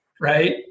right